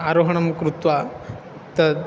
आरोहणं कृत्वा तद्